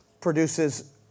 produces